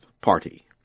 Party